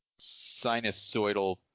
sinusoidal